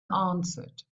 answered